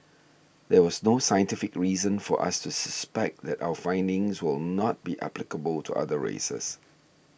there was no scientific reason for us to suspect that our findings will not be applicable to other races